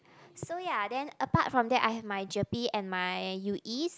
so ya then apart from that I have my gerpe and my U_Es